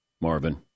Marvin